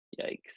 Yikes